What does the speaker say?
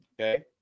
Okay